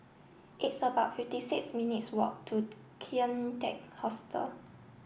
it's about fifty six minutes walk to Kian Teck Hostel